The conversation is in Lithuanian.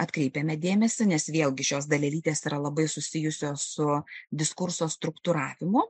atkreipiame dėmesį nes vėlgi šios dalelytės yra labai susijusios su diskurso struktūravimu